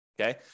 Okay